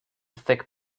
thick